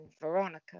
veronica